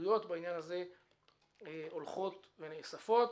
העדויות בעניין הזה הולכות ונאספות,